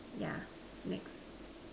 yeah next